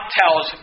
tells